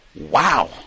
wow